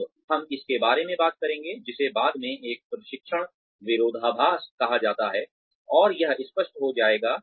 अब हम इसके बारे में बात करेंगे जिसे बाद में एक प्रशिक्षण विरोधाभास कहा जाता है और यह स्पष्ट हो जाएगा